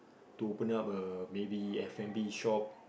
to open up a maybe F-and-B shop